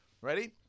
ready